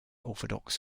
orthodox